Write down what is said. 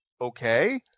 Okay